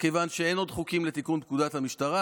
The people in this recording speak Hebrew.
ומכיוון שאין עוד חוקים לתיקון פקודת המשטרה,